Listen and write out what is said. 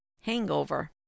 Hangover